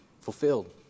fulfilled